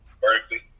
vertically